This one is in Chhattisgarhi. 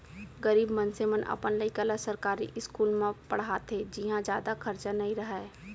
गरीब मनसे मन अपन लइका ल सरकारी इस्कूल म पड़हाथे जिंहा जादा खरचा नइ रहय